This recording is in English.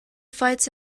fights